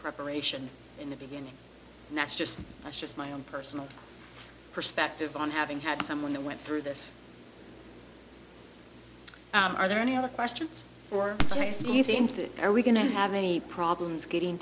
preparation in the beginning and that's just that's just my own personal perspective on having had someone that went through this are there any other questions for today's meeting to are we going to have any problems getting